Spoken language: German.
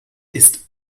ist